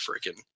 freaking